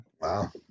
wow